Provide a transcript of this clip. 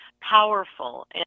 powerful